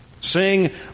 Sing